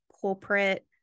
corporate